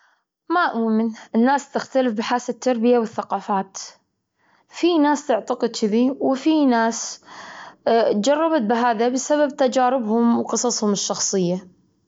أحتفل بعيد ميلادي احتفال بسيط مع المقربين. و كيك وتورته وبس، وشاهي وببس، وخلاص.